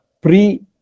pre